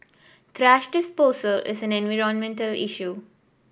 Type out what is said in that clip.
thrash disposal is an environmental issue